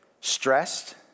stressed